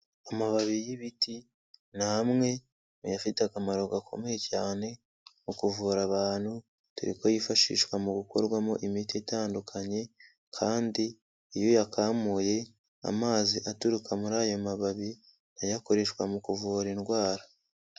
Amababi y'ibiti ni amwe muyafite akamaro gakomeye cyane mu kuvura abantu dore ko yifashishwa mu gukorwamo imiti itandukanye kandi iyo uyakamuye amazi aturuka muri ayo mababi na yo akoreshwa mu kuvura indwara.